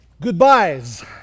Goodbyes